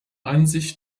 ansicht